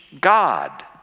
God